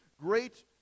great